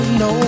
no